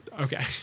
Okay